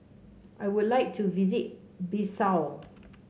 I would like to visit Bissau